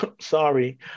Sorry